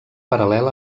paral·lel